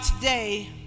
today